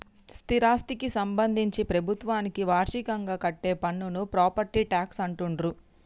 స్థిరాస్థికి సంబంధించి ప్రభుత్వానికి వార్షికంగా కట్టే పన్నును ప్రాపర్టీ ట్యాక్స్ అంటుండ్రు